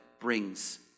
brings